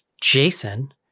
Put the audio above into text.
Jason